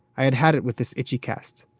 i had had it with this itchy cast.